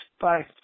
bye